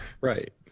Right